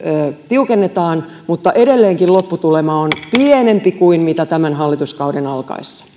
tiukennetaan mutta edelleenkin lopputulema on pienempi kuin tämän hallituskauden alkaessa